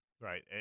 right